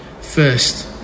first